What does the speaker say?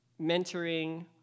mentoring